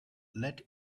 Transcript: let